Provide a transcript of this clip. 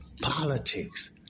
politics